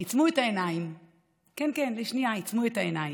עצמו את העיניים.